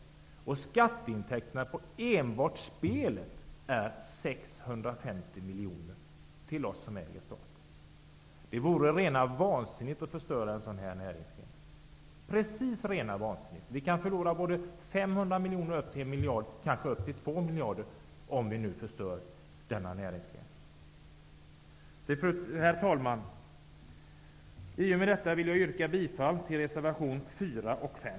Intäkterna genom skatter till oss som äger staten är enbart på spelet 650 miljoner. Det vore rena vansinnet, absolut rena vansinnet, att förstöra en sådan näringsgren. Vi kan förlora alltifrån 500 miljoner och upp till 1 miljard, kanske upp till 2 miljarder, om vi nu förstör denna näringsgren. Herr talman! I och med detta vill jag yrka bifall till reservationerna 4 och 5.